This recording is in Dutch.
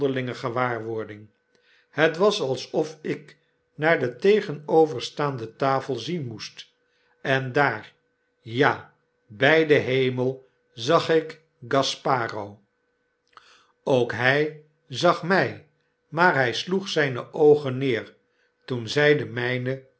gewaarwording het was alsof ik naar de tegenoverstaande tafel zien moest en daar ja bij den hemel zag ik gasparo ook hy zag naar my maar hij sloeg zyne oogen neer toen zy de mijnen